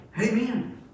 Amen